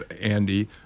Andy